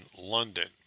London